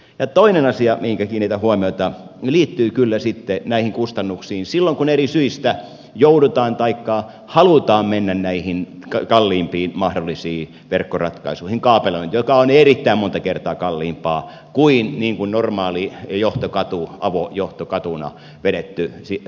ja toinen asia mihinkä kiinnitän huomiota liittyy kyllä sitten näihin kustannuksiin silloin kun eri syistä joudutaan menemään taikka halutaan mennä näihin kalleimpiin mahdollisiin verkkoratkaisuihin kaapelointiin joka on erittäin monta kertaa kalliimpaa kuin normaali johtokatu avojohtokatuna vedetty sähkönsiirto